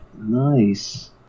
nice